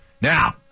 Now